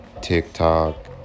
TikTok